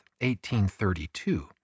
1832